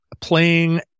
playing